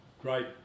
great